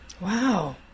Wow